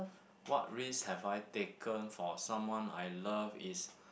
what risk have I taken for someone I love is